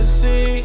see